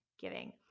Giving